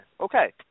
Okay